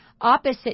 opposite